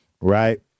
Right